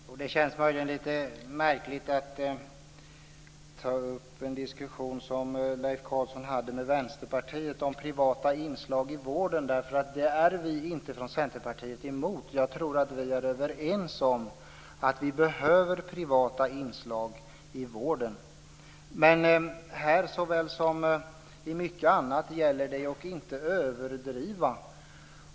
Herr talman! Det känns möjligen lite märkligt att ta upp en diskussion som Leif Carlson hade med Vänsterpartiet om privata inslag i vården, därför att det är vi från Centerpartiet inte emot. Jag tror att vi är överens om att det behövs privata inslag i vården. Men här, såväl som i mycket annat, gäller det att inte överdriva.